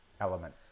element